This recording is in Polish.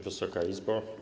Wysoka Izbo!